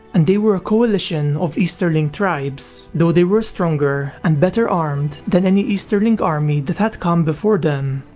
and they were a coalition of easterling tribes though they were stronger and better armed than any easterling army that had come before them.